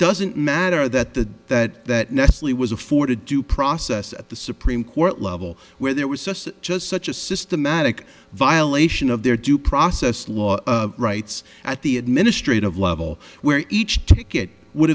doesn't matter that the that that nestle was afforded due process at the supreme court level where there was such a just such a systematic violation of their due process law rights at the administrative level where each ticket would